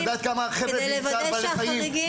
אתה יודעת כמה חבר'ה מצער בעלי חיים,